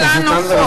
חברת הכנסת לנדבר,